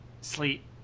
sleep